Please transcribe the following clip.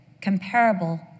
comparable